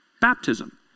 baptism